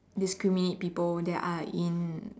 discriminate people that are in